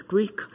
Greek